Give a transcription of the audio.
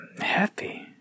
happy